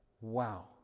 Wow